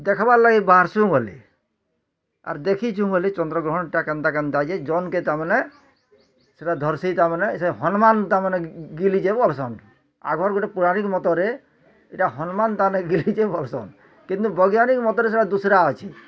ଦେଖ୍ବାର୍ ଲାଗି ବାହାର୍ସୁଁ ବଏଲେ ଆର୍ ଦେଖିଛୁଁ ବୋଲି ଚନ୍ଦ୍ର ଗ୍ରହଣଟା କେନ୍ତା କେନ୍ତା ଯେ ଜନ୍ କେ ତା ମାନେ ସେଟା ଧରସି ତା ମାନେ ହନୁମାନ୍ ତା ମାନେ ଗିଲିଛେ ବଲସନ୍ ଆଗର୍ ଗୁଟେ ପୁରାଣିକ ମତରେ ଏଟା ହନୁମାନ୍ ତାମାନେ ଗିଲିଛେ ବଲସନ୍ କିନ୍ତୁ ବୌଜ୍ଞାନ ମତରେ ସେଟା ଦୁସୁରା ଅଛି